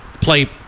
play